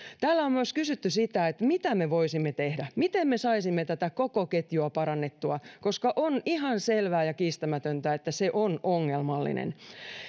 täällä on kysytty myös mitä me voisimme tehdä miten me saisimme tätä koko ketjua parannettua koska on ihan selvää ja kiistämätöntä että se on ongelmallinen